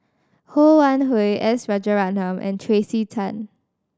Ho Wan Hui S Rajaratnam and Tracey Tan